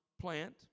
plant